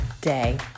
day